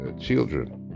children